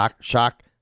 shock